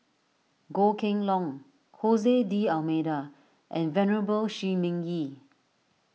Goh Kheng Long Jose D'Almeida and Venerable Shi Ming Yi